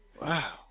Wow